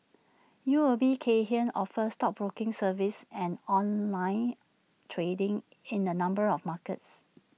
U O B Kay Hian offers stockbroking services and online trading in A number of markets